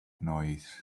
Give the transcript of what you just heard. noise